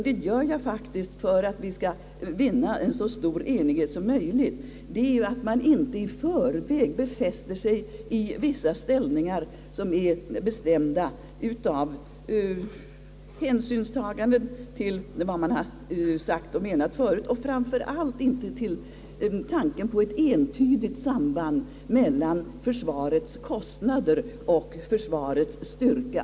Men för att vi skall vinna så stor enighet som möjligt anser jag det nödvändigt att man inte i förväg befäster sig i vissa ställningar, som är bestämda av hänsynstagande till vad man sagt och menat förut och framför allt dominerade av tanken på ett entydigt sam band mellan försvarskostnader och för svarets styrka.